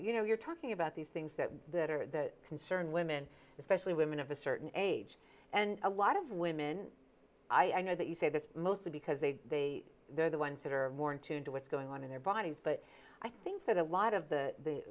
you know you're talking about these things that that are that concerned women especially women of a certain age and a lot of women i know that you say this mostly because they are the ones that are more in tune to what's going on in their bodies but i think that a lot of the